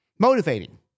motivating